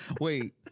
Wait